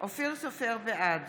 בעד